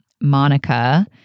Monica